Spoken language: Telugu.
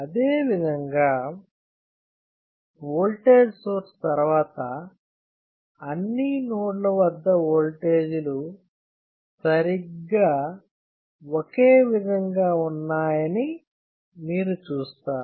అదేవిధంగా ఓల్టేజ్ సోర్స్ తర్వాత అన్ని నోడ్ ల వద్ద వోల్టేజీలు సరిగ్గా ఒకే విధంగా ఉన్నాయని మీరు చూస్తారు